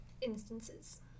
instances